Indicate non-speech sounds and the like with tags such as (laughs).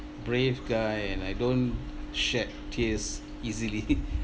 brave guy and I don't shed tears easily (laughs)